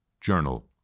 journal